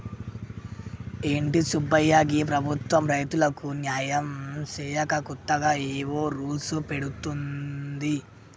ఏంటి సుబ్బయ్య గీ ప్రభుత్వం రైతులకు న్యాయం సేయక కొత్తగా ఏవో రూల్స్ పెడుతోంది